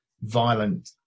violent